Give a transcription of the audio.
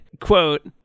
Quote